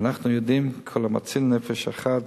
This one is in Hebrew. ואנחנו יודעים: כל המציל נפש אחת